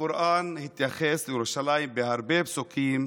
הקוראן התייחס לירושלים בהרבה פסוקים,